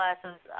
classes